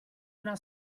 una